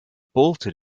bolted